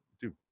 dude